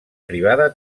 privada